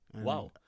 Wow